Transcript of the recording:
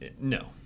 No